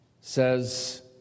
says